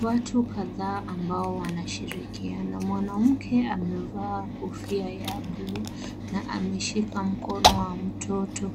Watu kadhaa ambao wanashirikiana. Mwanamke amevaa kofia ya buluu na ameshika mkono wa mtoto